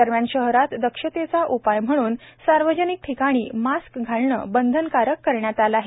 दरम्यान शहरात दक्षतेचा उपाय म्हणून सार्वजनिक ठिकाणी मास्क घालणे बंधनकारक करण्यात आले आहे